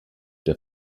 der